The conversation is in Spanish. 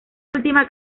última